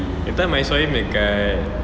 that time I saw him dekat